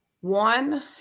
One